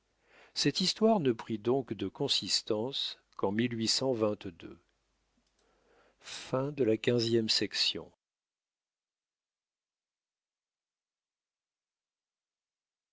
cette histoire ne prit donc de consistance qu'en